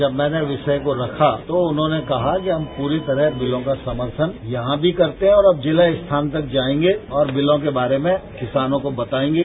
जब मैने वशिय को रखा तो उन्होंने कहा कि हम पूरी तरह बिलों का समर्थन यहां भी करते हैं और अब जिला स्थान तक जायेंगे और बिलों के बारे में किसानों को बतायेंगे